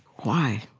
why?